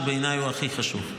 שבעיניי הוא הכי חשוב.